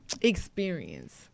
Experience